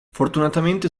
fortunatamente